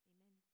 Amen